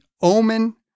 omen